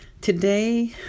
today